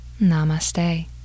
Namaste